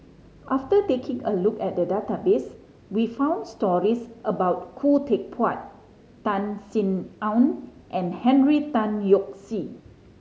after taking a look at the database we found stories about Khoo Teck Puat Tan Sin Aun and Henry Tan Yoke See